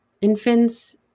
infants